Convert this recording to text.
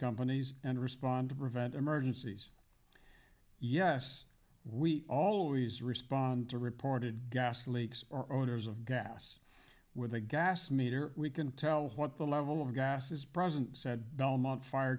companies and respond to prevent emergencies yes we always respond to reported gas leaks or owners of gas with a gas meter we can tell what the level of gas is present said belmont fire